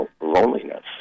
loneliness